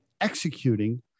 executing